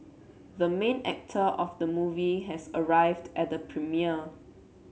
the main actor of the movie has arrived at the premiere